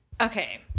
okay